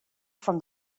from